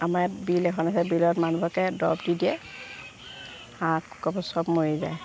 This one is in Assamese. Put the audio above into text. আমাৰ ইয়াত বিল এখন আছে বিলত মানুহকে দৰৱ দি দিয়ে হাঁহ কুকুৰাবোৰ চব মৰি যায়